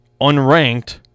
unranked